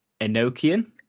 Enochian